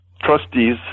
trustees